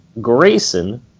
Grayson